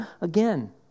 again